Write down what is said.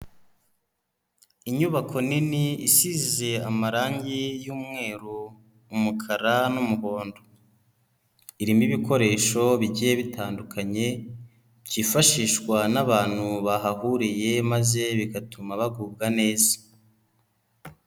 Inyubako nini isize amarangi y'umweru, umukara n'umuhondo, irimo ibikoresho bigiye bitandukanye byifashishwa n'abantu bahahuriye maze bigatuma bagubwa neza.